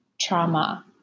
trauma